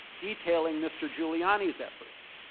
detailing mr. giuliani's efforts.